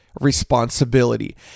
responsibility